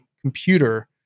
computer